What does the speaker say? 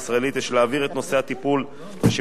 יש להעביר את נושא הטיפול בשימוש לרעה